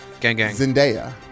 Zendaya